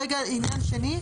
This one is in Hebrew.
רגע, עניין שני.